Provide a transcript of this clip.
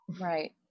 Right